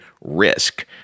Risk